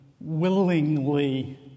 willingly